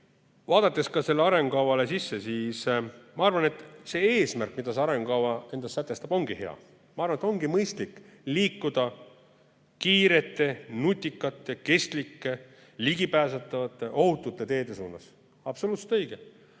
vaadates ka selle arengukava sisse, siis ma arvan, et eesmärk, mida see arengukava endas sätestab, ongi hea. Ma arvan, et ongi mõistlik liikuda kiirete, nutikate, kestlike, ligipääsetavate, ohutute teede suunas. Absoluutselt õige.